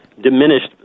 diminished